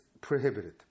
prohibited